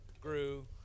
grew